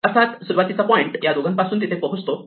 अर्थात सुरुवातीचा पॉइंट या दोघांपासून तिथे पोहोचतो